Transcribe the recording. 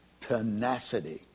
tenacity